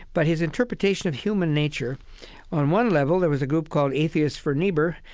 but his interpretation of human nature on one level, there was a group called atheists for niebuhr,